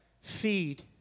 feed